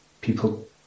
people